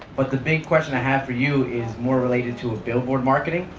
but the big question i have for you is more related to billboard marketing.